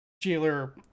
Jailer